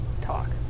talk